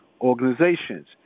organizations